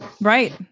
Right